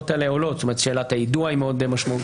האלה עולות כמו למשל שאלת היידוע שהיא מאוד משמעותית.